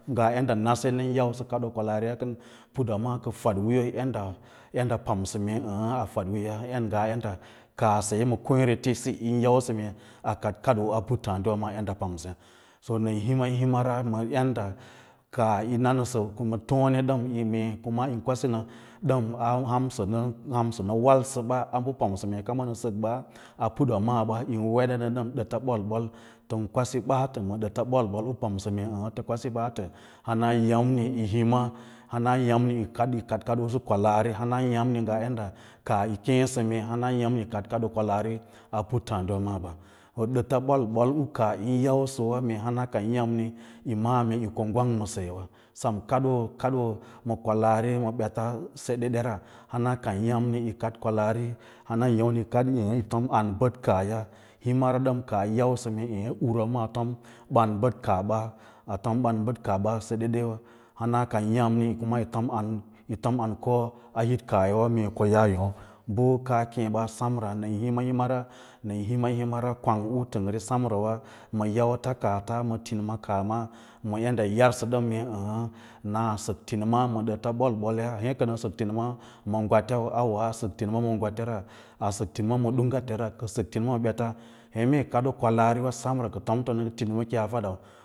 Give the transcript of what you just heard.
Ngaa yadda nasə nən yausə kaɗ kwalaariya kən, putwa maa kəi fadwiiyo yadda pamsə mee eẽ a fadwiiyoya ngaa yadda kaah saye ma kwěěre só kweẽretiꞌisi yin yausə mee a kad kadoo a puttǎǎdiwa yadda pamsəya nən hma himara nga yadda kaah yi nanəsə ma tone ɗəm kuma yin kwasinə ɗən a hanrisə nə walsəɓa abə pamsə mee kama nə səkbə a putwa maaba yin weda nə ɗan dəta ɓol-ɓol tən kwaso ɓaatə ma ɗəta ɓol-ɓol u pamsə mee tə kwasi ɓaatə hanayâmni yo hima hanaya’mni yi kad kad ꞌusu kwalaari hanaya’mni ngaa yaɗda kaah yi keẽsə hanayəmni kam yi kaɗ kadoo kwalaari a puttǎǎdiwa maa ɓa ma ɗəta ɓol-ɓol u kaah yin yausəwa mee hana ka ndə ya’mni yi ma’â mee yi ko gwang ma sayewa sem kadoo kaɗoo kwalaari ma ɓetawa seɗera, hana kan ya’mni yo kaɗ kwalaari, hanaya’mni yi kaɗ eẽ yi tom an bəɗ kaahya himara ɗəm kaah yi yausə mee eẽ urwa maa atom ɓan bəd kaah eẽ urwa maa atom kaah ɓa seɗeɗe wa hana kan ya’nmi kuma yi tom an koa hit kaah yawa mee ko yaa, yǒǒ, bə kaa keẽ basemra nən hima himara, nən hima himara kwang u fəngre semra wa ma yauta kaah ta ma tinima kaah ma ma yadda yi yausə dam əə naa sək tinima ma ɗata ɓol-ɓol ya ye kənə sik tinima ma gwataa auwa nə sək tinima ma gwatera nə sək tinima dungatera ka sək tinima ma beta, eẽ mee kaɗdo kwalaariwa semra ka tomtomai ma tinima ki yaa faɗai.